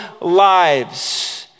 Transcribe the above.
lives